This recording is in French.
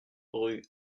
rue